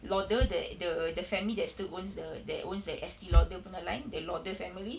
lauder the the family that still owns the that owns the Estee Lauder punya line the lauder family